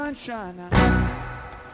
Sunshine